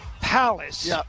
Palace